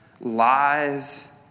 lies